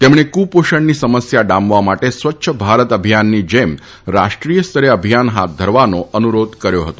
તેમણે કુપોષણની સમસ્યા ડામવા માટે સ્વચ્છ ભારત અભિયાનની જેમ રાષ્ટ્રીય સ્તરે અભિયાન હાથ ધરવાનો અનુરોધ કર્યો હતો